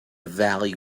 valley